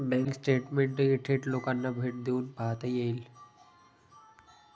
bank स्टेटमेंटही थेट बँकांना भेट देऊन पाहता येईल